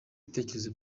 ibitekerezo